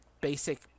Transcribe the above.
basic